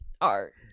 art